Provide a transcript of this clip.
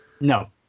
No